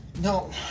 No